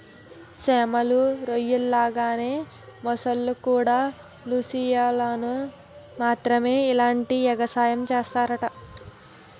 చేమలు, రొయ్యల్లాగే మొసల్లుకూడా లూసియానాలో మాత్రమే ఇలాంటి ఎగసాయం సేస్తరట